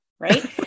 Right